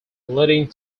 leading